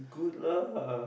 good lah